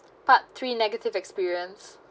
part three negative experience